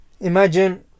imagine